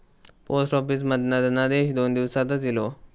post office मधना धनादेश दोन दिवसातच इलो